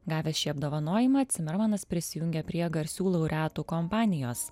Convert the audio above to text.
gavęs šį apdovanojimą cimermanas prisijungia prie garsių laureatų kompanijos